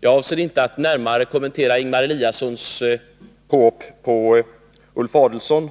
Jag avser inte att närmare kommentera Ingemar Eliassons påhopp på Ulf Adelsohn.